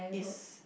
it's